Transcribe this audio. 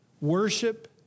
Worship